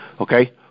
Okay